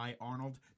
Arnold